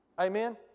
Amen